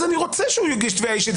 אז אני רוצה שהוא יגיש תביעה אישית,